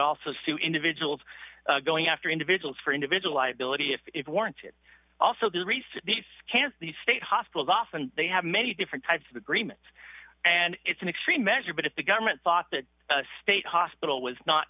also sue individuals going after individuals for individual liability if it warrants it also the reason these scans these state hospitals often they have many different types of agreements and it's an extreme measure but if the government thought the state hospital was not